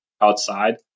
outside